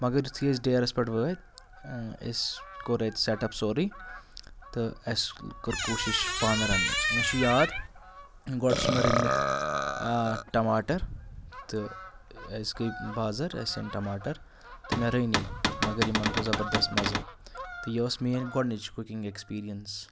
مگر یُتھُے أسۍ ڈیرَس پٮ۪ٹھ وٲتۍ أسۍ کوٚر اَتہِ سٮ۪ٹ اپ سورٕے تہٕ اَسِہ کٔرۍ کوٗشِش پانہٕ رَننٕچ مےٚ چھُ یاد گۄڈٕ چھِ مےٚ رٔنۍ مٕتۍ ٹماٹر تہٕ اَسہِ گٔیے بازَر تہٕ اَسہِ أنۍ ٹماٹر تہٕ مےٚ رٔنۍ یِم مگر یِمَن گوٚو زبردست مَزٕ تہٕ یہِ ٲس میٛٲنۍ گۄڈنِچ کُکِنٛگ اٮ۪کسپیٖریَنٕس